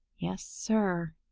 yes, sir,